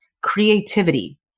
Creativity